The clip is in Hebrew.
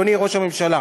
אדוני ראש הממשלה.